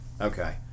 Okay